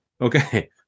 Okay